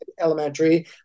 elementary